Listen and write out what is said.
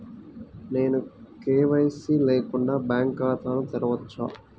నేను కే.వై.సి లేకుండా బ్యాంక్ ఖాతాను తెరవవచ్చా?